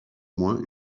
moins